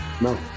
No